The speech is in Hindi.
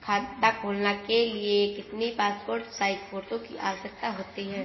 खाता खोलना के लिए कितनी पासपोर्ट साइज फोटो की आवश्यकता होती है?